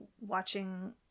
watching